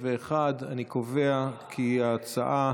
כנסת, נגד, 51. אני קובע כי ההצעה